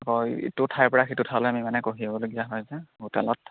অঁ ইটো ঠাইৰ পৰা সিটো ঠাইলৈ আমি মানে কঢ়িয়াবলগীয়া হয় যে হোটেলত